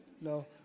No